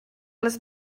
les